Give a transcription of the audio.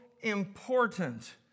important